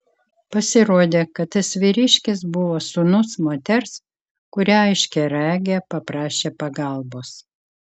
pasirodė kad tas vyriškis buvo sūnus moters kurią aiškiaregė paprašė pagalbos